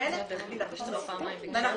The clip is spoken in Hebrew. אנחנו נאבקים.